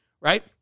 right